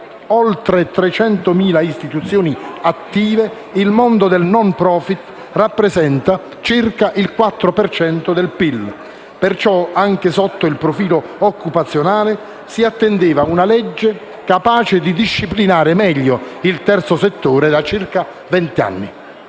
oltre 300.000 istituzioni attive, il mondo del *no profit* rappresenta circa il 4 per cento del PIL. Pertanto, anche sotto il profilo occupazionale, si attendeva una legge capace di disciplinare meglio il terzo settore da circa venti anni.